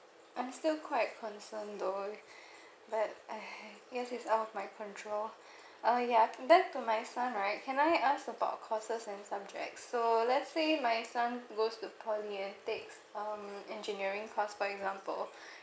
I'm still quite concerned though but !hais! guess it's out of my control oh ya back to my son right can I ask about courses and subjects so let's say my son goes to poly and takes um engineering course for example